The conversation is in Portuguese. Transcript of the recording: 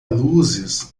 luzes